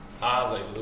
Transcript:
Hallelujah